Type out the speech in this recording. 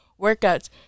workouts